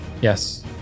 yes